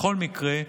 בכל מקרה,